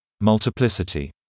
multiplicity